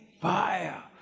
fire